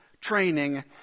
training